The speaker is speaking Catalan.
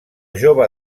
jove